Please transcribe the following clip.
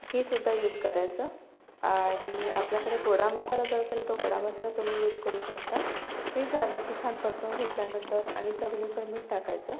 हे सुद्धा यूज करायचं आणि आपल्याकडे गोडा मसाला जर असेल तर तो गोडा मसाला तुम्ही यूज करू शकता ते झालं की छान परतून घेतल्यानंतर आणि चवीनुसार मीठ टाकायचं